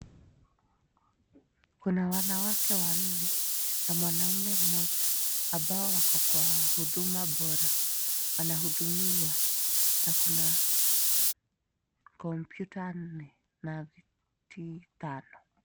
Kuna wanawake wanne na mwanaume mmoja ambao wako kwa huduma bora, wanahudumiwa na kuna kompyuta nne na viti tano.